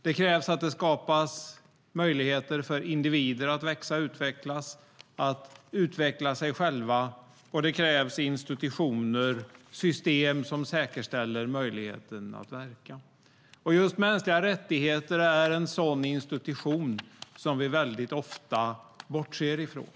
Det krävs att det skapas möjligheter för individer att växa och utveckla sig själva, och det krävs institutioner och system som säkerställer möjligheten att verka. Just mänskliga rättigheter är en sådan institution som vi ofta bortser från.